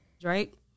Drake